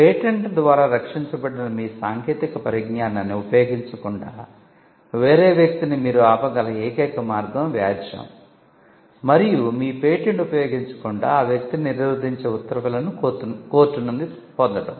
పేటెంట్ల ద్వారా రక్షించబడిన మీ సాంకేతిక పరిజ్ఞానాన్ని ఉపయోగించకుండా వేరే వ్యక్తిని మీరు ఆపగల ఏకైక మార్గం వ్యాజ్యం మరియు మీ పేటెంట్ ఉపయోగించకుండా ఆ వ్యక్తిని నిరోధించే ఉత్తర్వులను కోర్టు నుండి పొందడం